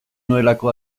nuelako